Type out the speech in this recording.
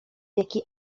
jaki